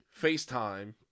FaceTime